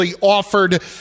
offered